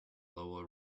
lowell